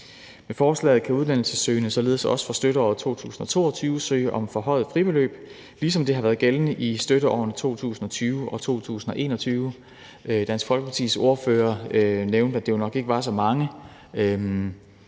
Med forslaget kan uddannelsessøgende således også for støtteåret 2022 søge om forhøjet fribeløb, ligesom det har været gældende i støtteårene 2020 og 2021. Dansk Folkepartis ordfører nævnte, at det jo nok ikke var så mange,